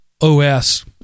OS